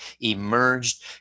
emerged